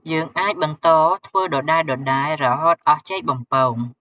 យើងអាចបន្តធ្វើដដែលៗ រហូតអស់ចេកបំពង។